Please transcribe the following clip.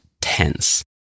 tense